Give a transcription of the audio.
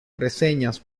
reseñas